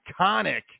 iconic